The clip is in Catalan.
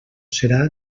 serà